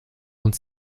und